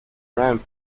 ramp